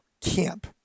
camp